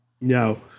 No